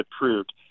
approved